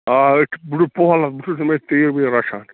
آ بہٕ چھُس پۄہَل حظ بہٕ چھُس یِمٕے تیٖرۍ ویٖرۍ رچھان